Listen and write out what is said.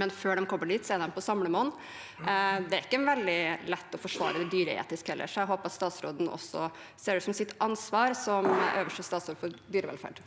men før de kommer dit, er de på samlebånd. Det er heller ikke veldig lett å forsvare dyreetisk. Jeg håper at statsråden også ser det som sitt ansvar som øverste statsråd for dyrevelferd.